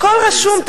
הכול רשום.